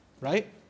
right